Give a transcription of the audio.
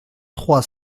trois